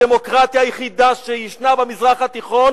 הדמוקרטיה היחידה שישנה במזרח התיכון,